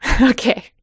Okay